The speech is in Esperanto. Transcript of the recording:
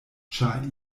ĉar